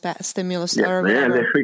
Stimulus